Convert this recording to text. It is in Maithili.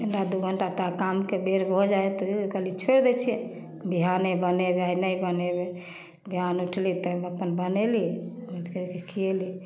घण्टा दुइ घण्टा तऽ कामके बेर भऽ जाइ हइ तऽ कहलिए छोड़ि दै छिए बिहाने बनेबै आइ नहि बनेबै बिहान उठली तऽ हम अप्पन बनेली बच्चाके खिएली